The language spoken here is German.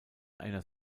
einer